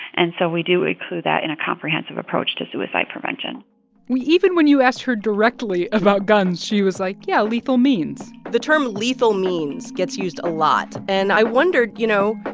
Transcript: and so we do include that in a comprehensive approach to suicide prevention even when you asked her directly about guns, she was like, yeah, lethal means the term lethal means gets used a lot. and i wondered, you know,